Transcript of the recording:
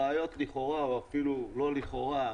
ראיות לכאורה או אפילו לא לכאורה,